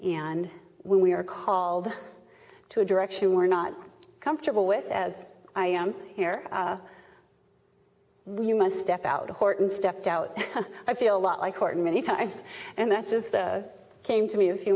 and when we are called to a direction we're not comfortable with as i am here when you must step out horton stepped out i feel a lot like orton many times and that's just came to me a few